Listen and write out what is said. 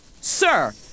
Sir